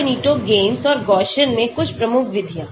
Ab initio GAMESS और Gaussian में कुछ प्रमुख विधियाँ